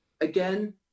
Again